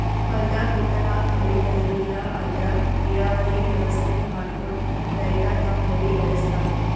ಹೊಲ್ದಾಗ್ ಬಿತ್ತಲಾಕ್ ಮಳಿ ಬರ್ಲಿಲ್ಲ ಅಂದ್ರ ನೀರಾವರಿ ವ್ಯವಸ್ಥೆ ಮಾಡ್ಕೊಂಡ್ ರೈತ ತಮ್ ಬೆಳಿ ಬೆಳಸ್ತಾನ್